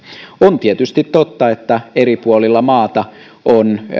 on tietysti totta että eri puolilla maata on